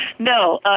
No